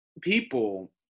people